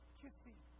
kissy